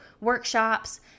workshops